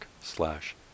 slash